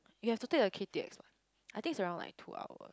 you have to take the K_T_X one I think is around like two hours